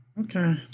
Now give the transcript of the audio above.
Okay